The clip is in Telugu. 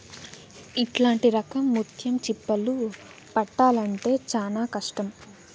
ఇట్లాంటి రకం ముత్యం చిప్పలు పట్టాల్లంటే చానా కష్టం